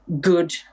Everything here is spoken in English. good